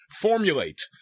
formulate